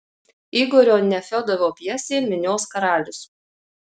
igorio nefiodovo pjesė minios karalius